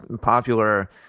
popular